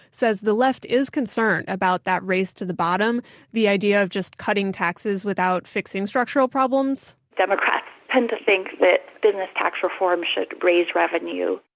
says the left is concerned about that race to the bottom the idea of cutting taxes without fixing structural problems democrats tend to think that business tax reform should raise revenue,